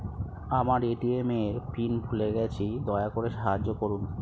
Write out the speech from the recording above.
আমার এ.টি.এম এর পিন ভুলে গেছি, দয়া করে সাহায্য করুন